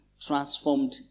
transformed